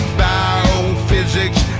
biophysics